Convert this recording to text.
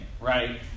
right